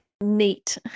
neat